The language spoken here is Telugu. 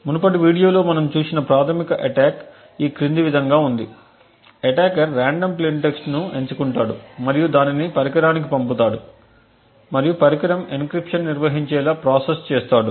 మునుపటి వీడియోలో మనం చూసిన ప్రాథమిక అటాక్ ఈ క్రింది విధంగా ఉంది అటాకర్ రాండమ్ ప్లేయిన్ టెక్స్ట్ను ఎంచుకుంటాడు మరియు దానిని పరికరానికి పంపుతాడు మరియు పరికరం ఎన్క్రిప్షన్ నిర్వహించేలా ప్రాసెస్ చేస్తాడు